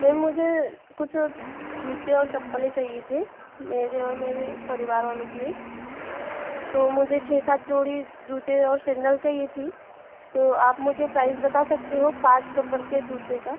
ma'am मुझे कुछ जूते और चप्पलें चाहिए थे मेरे और मेरे परिवार वालों के लिए तो मुझे छः सात जोड़ी जूते और सेंडल चाहिए थी तो आप मुझे प्राइज़ बता सकते हो पाँच नम्बर के जूते का